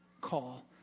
call